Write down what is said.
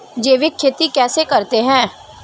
जैविक खेती कैसे करते हैं?